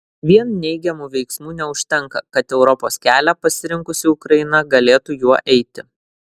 vien neigiamų veiksmų neužtenka kad europos kelią pasirinkusi ukraina galėtų juo eiti